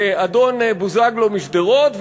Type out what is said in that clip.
אדון בוזגלו משדרות,